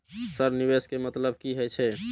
Sir निवेश के मतलब की हे छे?